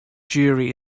jury